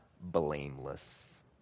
blameless